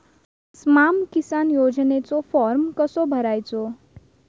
स्माम किसान योजनेचो फॉर्म कसो भरायचो?